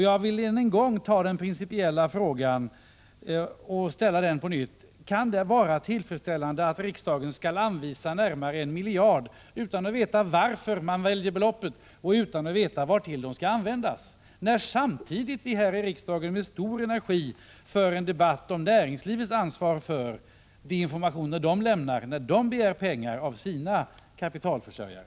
Jag vill än en gång ställa den principella frågan: Kan det vara tillfredsställande att riksdagen skall anvisa närmare en miljard utan att veta varför man väljer beloppet och utan att veta vartill pengarna skall användas, när vi samtidigt här i riksdagen med stor energi för en debatt om näringslivets ansvar för de informationer som dess företrädare lämnar när de begär pengar av sina kapitalförsörjare?